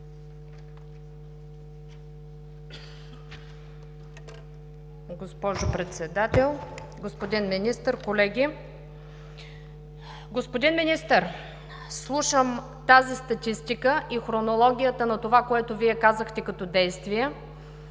господин Министър, колеги! Господин Министър, слушам тази статистика и хронологията на това, което Вие казахте като действия,